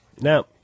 Now